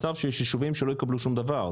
שלא ייווצר מצב שיש ישובים שלא יקבלו שום דבר.